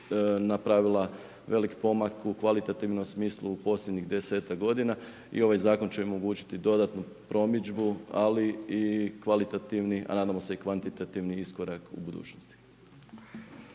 napravila veliki pomak u kvalitetnom smislu u posljednjih 10-tak g. i ovaj zakon će omogućiti dodatnu promidžbu, ali i kvalitetnom radom i kvantitativni iskorak u društvu.